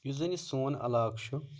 یُس زَن یہِ سون علاقہٕ چھُ